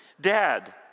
Dad